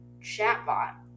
chatbot